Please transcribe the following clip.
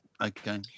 Okay